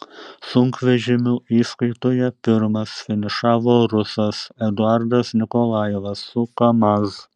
sunkvežimių įskaitoje pirmas finišavo rusas eduardas nikolajevas su kamaz